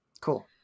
Cool